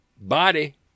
body